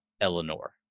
Eleanor